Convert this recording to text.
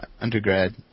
undergrad